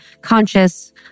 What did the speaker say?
conscious